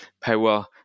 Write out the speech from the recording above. power